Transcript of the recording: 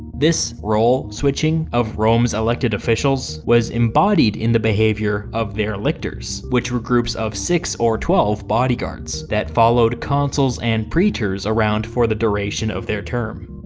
this role switching of rome's elected officials was embodied in the behaviour of their lictors, which were groups of six or twelve bodyguards that followed consuls and praetors around for the duration of their term.